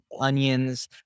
onions